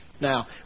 Now